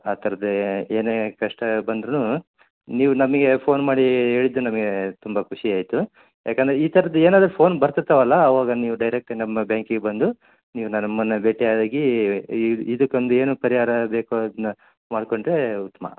ಆ ಥರದ್ದೆ ಏನೇ ಕಷ್ಟ ಬಂದ್ರು ನೀವು ನಮಗೆ ಫೋನ್ ಮಾಡಿ ಹೇಳಿದ್ದು ನಮಗೇ ತುಂಬ ಖುಷಿ ಆಯಿತು ಯಾಕೆಂದ್ರೆ ಈ ಥರದ್ದು ಏನಾದರು ಫೋನ್ ಬರ್ತಿರ್ತೀವಲ್ಲ ಆವಾಗ ನೀವು ಡೈರೆಕ್ಟ್ ನಮ್ಮ ಬ್ಯಾಂಕಿಗೆ ಬಂದು ನೀವು ನನ್ನ ನಮ್ಮನ್ನೆ ಭೇಟಿ ಆಗಿ ಇದಕ್ಕೊಂದು ಏನು ಪರಿಹಾರ ಬೇಕು ಅದನ್ನ ಮಾಡ್ಕೊಂಡರೆ ಉತ್ತಮ